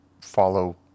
follow